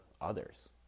others